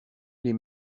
les